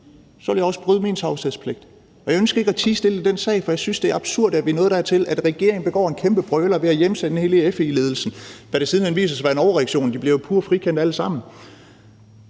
Så ville jeg også bryde min tavshedspligt. Og jeg ønsker ikke at tie stille i den sag, for jeg synes, det er absurd, at vi er nået dertil, at regeringen begår en kæmpe brøler ved at hjemsende hele FE-ledelsen, hvilket siden hen viser sig at være en overreaktion. De bliver jo pure frikendt alle sammen.